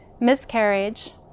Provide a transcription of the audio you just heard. Miscarriage